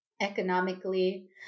economically